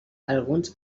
alguns